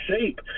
shape